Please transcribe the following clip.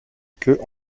queue